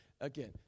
again